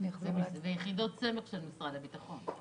וגם יחידות סמך של משרד הביטחון.